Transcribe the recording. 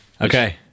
Okay